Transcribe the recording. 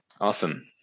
Awesome